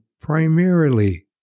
primarily